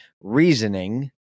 reasoning